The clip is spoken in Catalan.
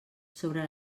sobre